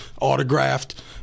autographed